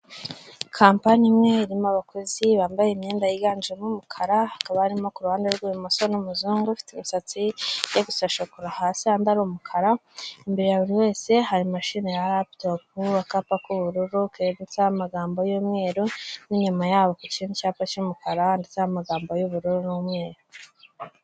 Kampani imwe irimo abakozi bambaye imyenda yiganjemo umukara hakaba arimo kuruhande rwibumoso n'umuzungu ufite imisatsi ijya gusa shokora hasi ahandi ari umukara imbere ya buri wese hari mashine ya raputopu akapa k'ubururu kegetseho amagambo y'umweru n'inyuma yabo ku kindi cyapa cy'umukara ndetse n'amagambo y'ubururu n'umweru.